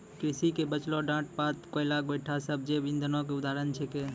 कृषि के बचलो डांट पात, कोयला, गोयठा सब जैव इंधन के उदाहरण छेकै